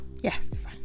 Yes